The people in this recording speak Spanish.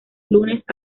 lunes